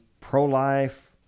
pro-life